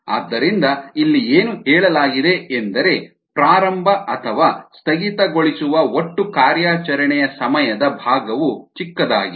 ಆದ್ದರಿಂದ ಇಲ್ಲಿ ಏನು ಹೇಳಲಾಗಿದೆ ಎಂದರೆ ಪ್ರಾರಂಭ ಅಥವಾ ಸ್ಥಗಿತಗೊಳಿಸುವ ಒಟ್ಟು ಕಾರ್ಯಾಚರಣೆಯ ಸಮಯದ ಭಾಗವು ಚಿಕ್ಕದಾಗಿದೆ